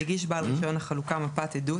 יגיש בעל רישיון החלוקה מפת עדות